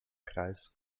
kreis